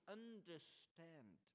understand